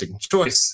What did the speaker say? choice